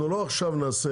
אנחנו לא עכשיו נעשה